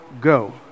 go